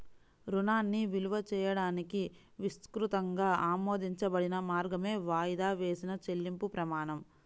రుణాన్ని విలువ చేయడానికి విస్తృతంగా ఆమోదించబడిన మార్గమే వాయిదా వేసిన చెల్లింపు ప్రమాణం